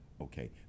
Okay